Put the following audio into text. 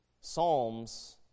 psalms